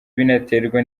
binaterwa